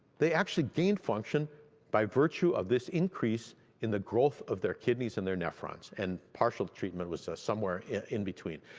they actually gained function by virtue of this increase in the growth of their kidneys and their nephrons and partial treatment was somewhere in between.